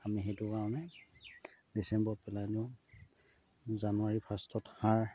আমি সেইটো কাৰণে ডিচেম্বৰত পেলাই দিওঁ জানুৱাৰীৰ ফাৰ্ষ্টত সাৰ